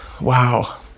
Wow